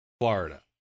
Florida